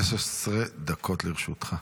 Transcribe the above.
15 דקות לרשותך.